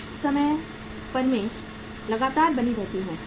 कुछ समय फर्में लगातार बनी रहती हैं